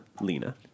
Lena